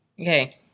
Okay